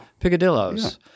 Picadillos